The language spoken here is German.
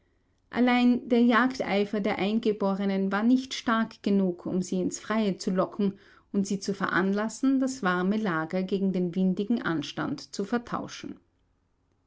allein der jagdeifer der eingeborenen war nicht stark genug um sie ins freie zu locken und sie zu veranlassen das warme lager gegen den windigen anstand zu vertauschen